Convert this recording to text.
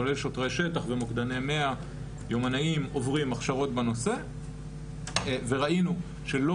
כולל שוטרי שטח ומוקדני 100 יומנאים עוברים הכשרות בנושא וראינו שלא